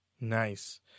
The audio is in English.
nice